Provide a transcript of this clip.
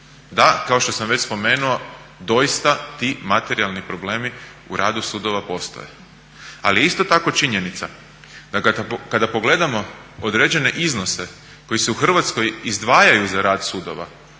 da kao što sam već spomenuo doista ti materijalni problemi u radu sudova postoje, ali je isto tako činjenica da kada pogledamo određene iznose koji se u Hrvatskoj izdvajaju za rad sudova